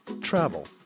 travel